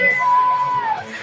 love